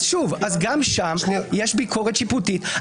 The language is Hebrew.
שוב, גם שם יש ביקורת שיפוטית.